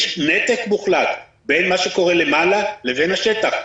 יש נתק מוחלט בין מה שקורה למעלה לבין השטח.